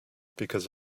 because